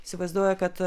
įsivaizduoju kad